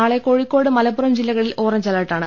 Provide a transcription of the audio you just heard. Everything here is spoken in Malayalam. നാളെ കോഴി ക്കോട് മലപ്പുറം ജില്ലകലിൽ ഓറഞ്ച് അലർട്ടാണ്